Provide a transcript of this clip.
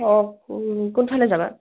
অঁ কোনফালে যাবা